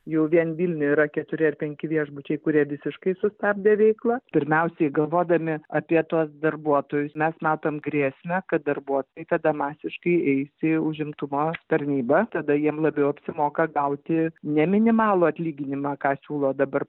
jau vien vilniuj yra keturi ar penki viešbučiai kurie visiškai sustabdė veiklą pirmiausiai galvodami apie tuos darbuotojus mes matom grėsmę kad darbuotojai tada masiškai eis į užimtumo tarnybą tada jiem labiau apsimoka gauti ne minimalų atlyginimą ką siūlo dabar